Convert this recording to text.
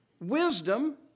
Wisdom